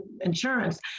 insurance